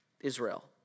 Israel